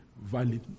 valid